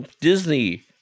Disney